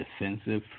defensive